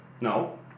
No